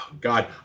God